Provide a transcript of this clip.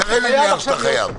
תראה לי נייר שאתה חייב.